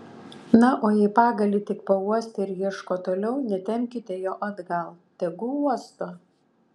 na o jei pagalį tik pauostė ir ieško toliau netempkite jo atgal tegu uosto